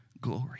glory